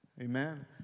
Amen